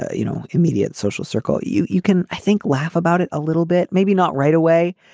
you know, immediate social circle, you you can, i think, laugh about it a little bit. maybe not right away,